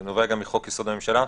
וזה נובע גם מחוק יסוד: הממשלה,